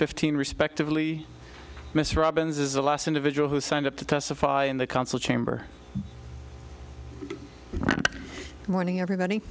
fifteen respectively mr robins is the last individual who signed up to testify in the council chamber morning everybody